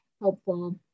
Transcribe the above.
helpful